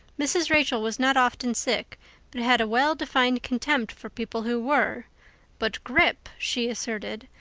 mrs. rachel was not often sick and had a well-defined contempt for people who were but grippe, she asserted,